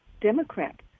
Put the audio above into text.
Democrat